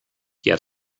yet